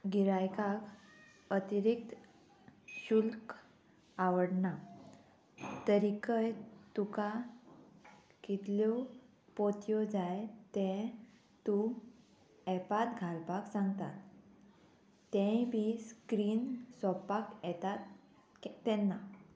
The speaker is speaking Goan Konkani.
गिरायकाक अतिरिक्त शुल्क आवडना तरीकय तुका कितल्यो पोतयो जाय ते तूं एपांत घालपाक सांगतात तेय बी स्क्रीन सोंपपाक येतात तेन्ना